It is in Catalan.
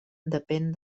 depèn